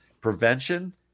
prevention